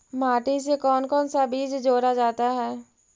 माटी से कौन कौन सा बीज जोड़ा जाता है?